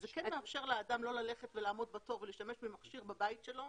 זה כן מאפשר לאדם לא ללכת ולעמוד בתור אלא להשתמש במכשיר בבית שלו,